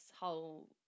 whole